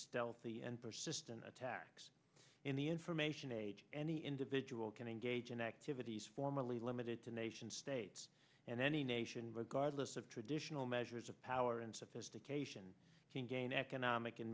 stealthy and persistent attacks in the information age any individual can engage in activities formally limited to nation states and any nation with guard lists of traditional measures of power and sophistication to gain economic